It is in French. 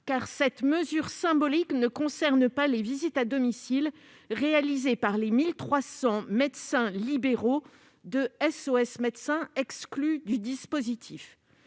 car cette mesure symbolique ne concerne pas les visites à domicile réalisées par les 1 300 médecins libéraux de SOS Médecins, exclus du dispositif.